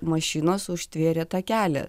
mašinos užtvėrė tą kelią